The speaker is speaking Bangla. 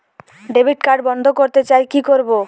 ডেবিট কার্ড বন্ধ করতে চাই কি করব?